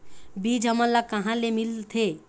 बीज हमन ला कहां ले मिलथे?